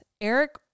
Eric